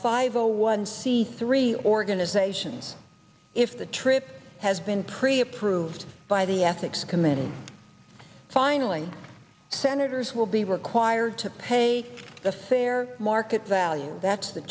five zero one c three organizations if the trip has been pre approved by the ethics committee finally senators will be required to pay the fair market value that's the